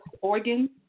organs